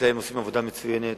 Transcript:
שהחקלאים עושים עבודה מצוינת.